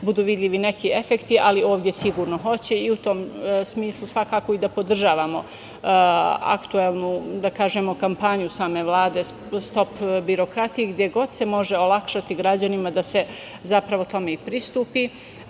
budu vidljivi neki efekti, ali ovde sigurno hoće i u tom smislu podržavamo aktuelnu kampanju same Vlade „Stop birokratiji“, gde god se može olakšati građanima da se tome pristupi. Posebno